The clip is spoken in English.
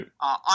on